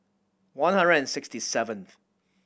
one hundred and sixty seventh